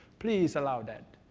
please allow that.